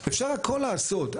אפשר הכל לעשות,